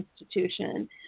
institution